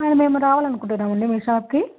మేము రావాలని అనుకుంటున్నామండి మీ షాప్కి